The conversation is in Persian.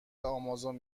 امازون